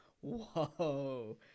Whoa